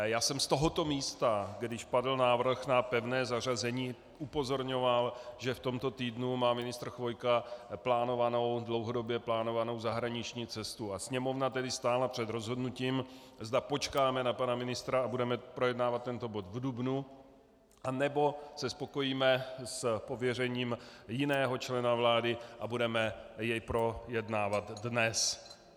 Já jsem z tohoto místa, když padl návrh na pevné zařazení, upozorňoval, že v tomto týdnu má ministr Chvojka dlouhodobě plánovanou zahraniční cestu, a Sněmovna tedy stála před rozhodnutím, zda počkáme na pana ministra a budeme projednávat tento bod v dubnu, nebo se spokojíme s pověřením jiného člena vlády a budeme jej projednávat dnes.